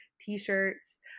t-shirts